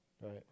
Right